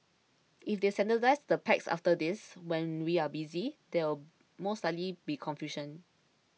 if they standardise the packs after this when we are busy there will most likely be confusion